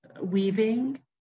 weaving